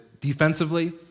defensively